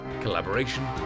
collaboration